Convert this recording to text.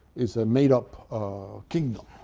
is a made up kingdom.